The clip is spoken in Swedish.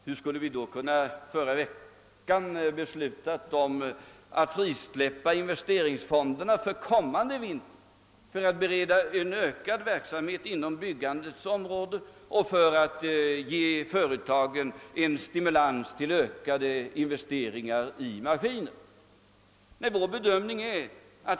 Hur skulle vi då under förra veckan ha kunnat besluta om att frisläppa investeringsfonderna för kommande vinter i syfte att bereda en ökad verksamhet inom byggnadsområdet och att ge företagen en stimulans till ökade investeringar i maskiner?